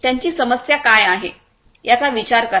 त्यांची समस्या काय आहे याचा विचार करा